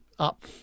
up